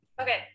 Okay